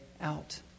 out